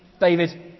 David